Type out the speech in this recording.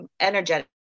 energetic